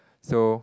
so